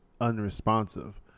unresponsive